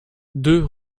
deux